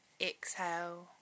exhale